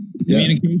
Communication